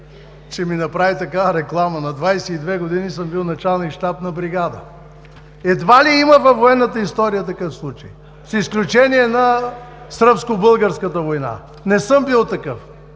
че ми направи такава реклама – на 22 години съм бил началник-щаб на бригада. Едва ли има във военната история такъв случай, с изключение на Сръбско-българската война. Не съм бил такъв.